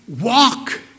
walk